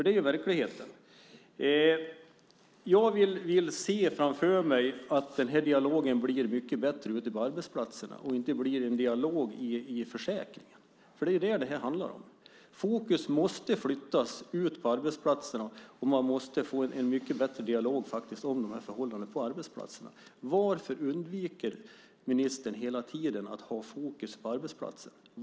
Det är verkligheten. Jag vill se framför mig att dialogen blir mycket bättre ute på arbetsplatserna och inte blir en dialog i försäkringen. Det är det som det handlar om. Fokus måste flyttas ut på arbetsplatserna. Man måste få en mycket bättre dialog om de här förhållandena på arbetsplatserna. Varför undviker ministern hela tiden att ha fokus på arbetsplatserna?